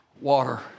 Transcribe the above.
water